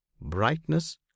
brightness